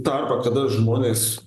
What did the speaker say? tarpą kada žmonės